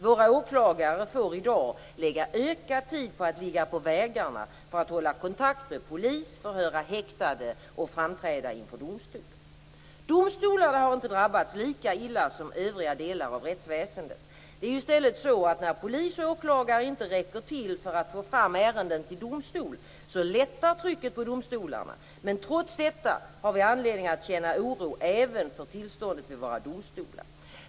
Våra åklagare får i dag lägga ökad tid på att ligga på vägarna för att hålla kontakt med polis, förhöra häktade och framträda inför domstol. Domstolarna har inte drabbats lika illa som övriga delar av rättsväsendet. Det är ju i stället så att när polis och åklagare inte räcker till för att få fram ärenden till domstol lättar trycket på domstolarna. Men trots detta har vi anledning att känna oro även för tillståndet vid våra domstolar.